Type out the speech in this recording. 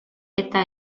eta